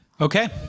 okay